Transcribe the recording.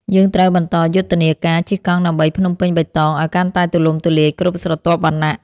យើងត្រូវបន្តយុទ្ធនាការ ជិះកង់ដើម្បីភ្នំពេញបៃតង ឱ្យកាន់តែទូលំទូលាយគ្រប់ស្រទាប់វណ្ណៈ។